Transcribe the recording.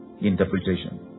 Interpretation